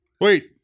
Wait